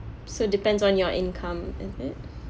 so depends on your income is it